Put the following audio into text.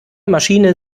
maschine